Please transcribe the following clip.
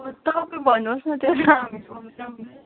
तपाईँ भन्नुहोस् न त्यो त हामी